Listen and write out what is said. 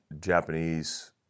Japanese